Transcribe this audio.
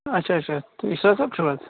اچھا اچھا اِشفاق صٲب چھِو حظ